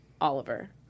Oliver